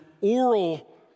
oral